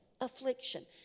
affliction